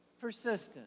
Persistent